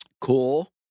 Cool